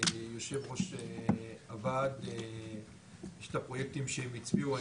יושב ראש הוועד, יש את הפרויקטים שהם הצביעו.